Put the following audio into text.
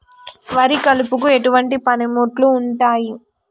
వరి కలుపుకు ఎటువంటి పనిముట్లు ఉంటాయి?